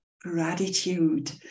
gratitude